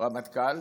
רמטכ"ל.